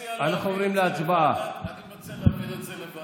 מציע להעביר את זה לוועדת,